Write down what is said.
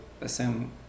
assume